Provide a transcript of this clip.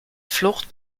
flucht